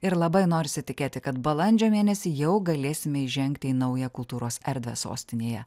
ir labai norisi tikėti kad balandžio mėnesį jau galėsime įžengti į naują kultūros erdvę sostinėje